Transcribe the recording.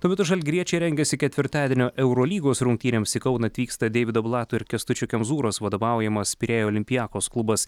tuo metu žalgiriečiai rengiasi ketvirtadienio eurolygos rungtynėms į kauną atvyksta deivido blato ir kęstučio kemzūros vadovaujamas pirėjo olympiakos klubas